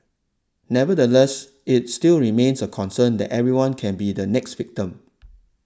nevertheless it still remains a concern that anyone can be the next victim